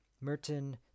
Merton